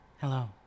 hello